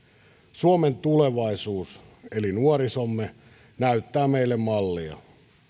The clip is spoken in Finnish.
suomen tulevaisuus eli nuorisomme näyttää meille mallia